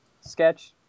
Sketch